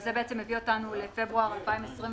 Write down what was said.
שזה בעצם מביא אותנו לפברואר 2022,